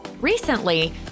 Recently